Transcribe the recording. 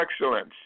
excellence